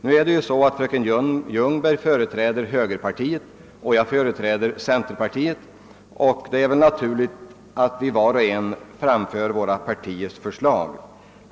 Nu företräder ju fröken Ljungberg högerpartiet och jag centerpartiet och därför är det väl naturligt att var och en redogör för sitt partis förslag.